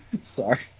Sorry